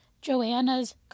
Joanna's